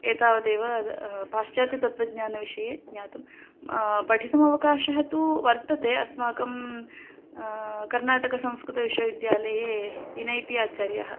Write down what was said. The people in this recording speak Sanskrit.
एतावदेव पाश्चात्य तत्त्वज्ञानविषये ज्ञातं पठितमवकाशः तु वर्तते अस्माकं कर्नाटकसंस्कृतविश्वविद्यालये विनय् पि आचार्यः